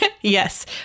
Yes